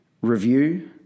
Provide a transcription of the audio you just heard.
review